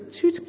two